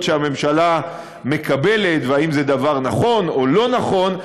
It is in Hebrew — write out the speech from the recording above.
שהממשלה מקבלת והאם זה דבר נכון או לא נכון.